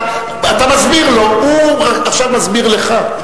אתה מסביר לו, הוא עכשיו מסביר לך,